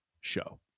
show